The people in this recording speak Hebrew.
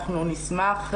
אנחנו נשמח,